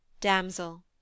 Damsel